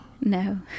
No